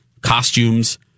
costumes